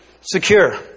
secure